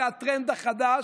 זה הטרנד החדש,